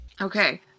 Okay